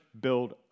build